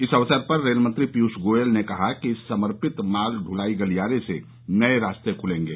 इस अवसर पर रेल मंत्री पीयूष गोयल ने कहा कि इस समर्पित माल दुलाई गलियारे से नए रास्ते खुलेंगे